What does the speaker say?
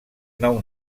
nou